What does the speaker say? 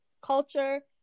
culture